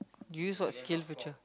you use what SkillSFuture